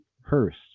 Hurst